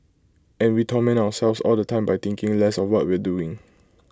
and we torment ourselves all the time by thinking less of what we're doing